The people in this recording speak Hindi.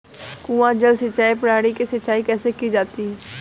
कुआँ जल सिंचाई प्रणाली से सिंचाई कैसे की जाती है?